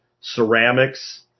ceramics